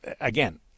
again